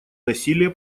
насилия